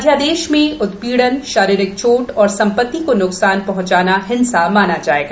अध्यादेश में उत्पीडन शारीरिक चोट और संपत्ति को नुकसान पहुंचाना हिंसा माना जाएगा